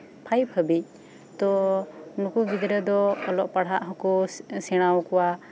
five ᱦᱟᱹᱵᱤᱡ ᱛᱚ ᱱᱩᱠᱩ ᱜᱤᱫᱽᱨᱟᱹ ᱫᱚ ᱚᱞᱚᱜ ᱯᱟᱲᱦᱟᱜ ᱦᱚᱸᱠᱚ ᱥᱮᱸᱬᱟᱣᱟᱠᱚᱣᱟ